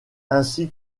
ainsi